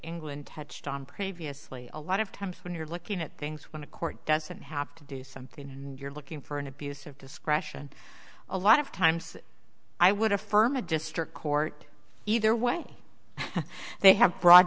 england touched on previously a lot of times when you're looking at things when a court doesn't have to do something and you're looking for an abuse of discretion a lot of times i would affirm a district court either way they have bro